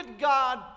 God